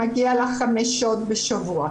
מגיע לך חמש שעות בשבוע'.